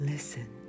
Listen